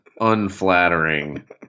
unflattering